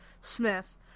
Smith